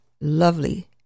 lovely